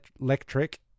Electric